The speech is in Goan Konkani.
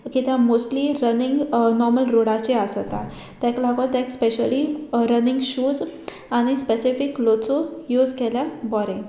किद्या मोस्टली रनींग नॉर्मल रोडाचे आसोता ताका लागो ताका स्पेशली रनींग शूज आनी स्पेसिफीक क्लोथू यूज केल्यार बोरें